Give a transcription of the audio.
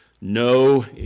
no